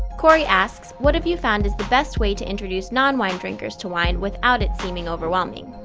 cory asks, what have you found is the best way to introduce non-wine drinkers to wine without it seeming overwhelming?